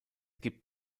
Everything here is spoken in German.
gibt